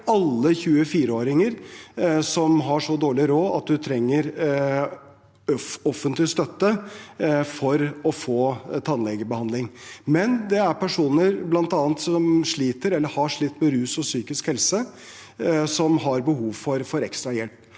alle 24-åringer som har så dårlig råd at de trenger offentlig støtte til tannlegebehandling, men det er personer, bl.a. dem som sliter eller har slitt med rus og psykisk helse, som har behov for ekstra hjelp.